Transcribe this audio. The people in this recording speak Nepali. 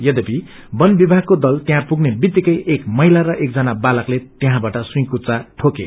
यद्यपि वन विभागको दल त्यहाँ पुग्ने वित्तिकै एक महिला र एकजना बालकले त्यहाँबाट सुईकुच्चा ठोके